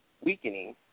weakening